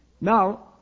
Now